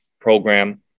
program